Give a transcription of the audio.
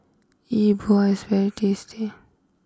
E Bua is very tasty